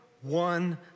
one